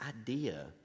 idea